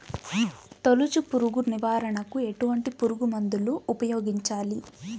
తొలుచు పురుగు నివారణకు ఎటువంటి పురుగుమందులు ఉపయోగించాలి?